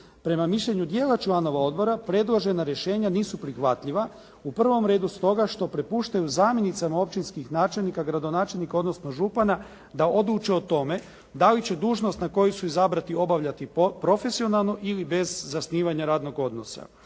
Prema mišljenju dijela članova odbora, predložena rješenja nisu prihvatljiva. U prvom redu stoga što prepuštaju zamjenicima općinskih načelnika, gradonačelnika, odnosno župana da odluče o tome dali će dužnost za koju su izabrani obavljati profesionalno ili bez zasnivanja radnog odnosa.